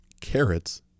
carrots